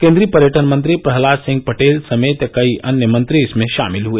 केंद्रीय पर्यटन मंत्री प्रहलाद सिंह पटेल समेत कई अन्य मंत्री इसमें शामिल हुए